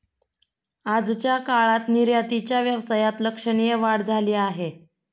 आजच्या काळात निर्यातीच्या व्यवसायात लक्षणीय वाढ झाली आहे